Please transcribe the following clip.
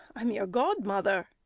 i'm your godmother.